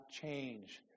change